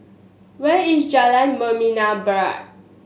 where is Jalan Membina Barat